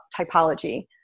typology